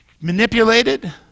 manipulated